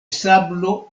sablo